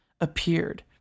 appeared